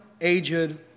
aged